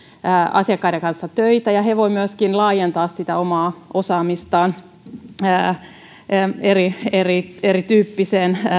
asiakkaiden kanssa töitä ja he voivat myöskin laajentaa omaa osaamistaan erityyppiseen